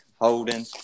holding